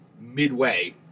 midway